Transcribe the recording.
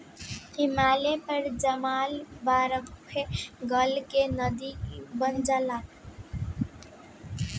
हिमालय पर जामल बरफवे गल के नदी बन जाला